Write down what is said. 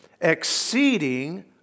Exceeding